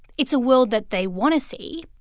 it's a world that they want to see,